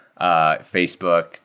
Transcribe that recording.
Facebook